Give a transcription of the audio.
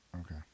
Okay